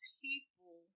people